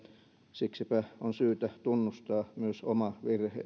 siksipä on syytä tunnustaa myös oma virheensä